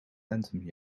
anthem